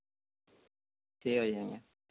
ଠିକ୍ ଅଛେ ଆଜ୍ଞା